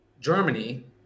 Germany